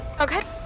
Okay